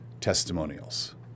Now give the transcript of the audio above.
testimonials